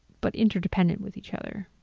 but interdependent with each other.